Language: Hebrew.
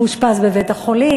הוא אושפז בבית-חולים,